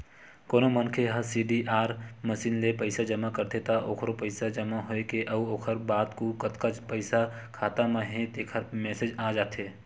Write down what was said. कोनो मनखे ह सीडीआर मसीन ले पइसा जमा करथे त ओखरो पइसा जमा होए के अउ ओखर बाद कुल कतका पइसा खाता म हे तेखर मेसेज आ जाथे